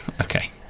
Okay